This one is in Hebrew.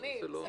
אדוני,